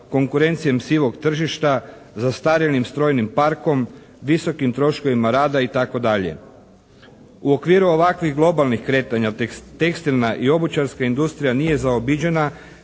konukrencije sivog tržišta, zastarjelim strojnim parkom, visokom troškovima rada itd. U okviru ovakvih globalnih kretanja tekstilna i obućarska industrija nije zaobiđena,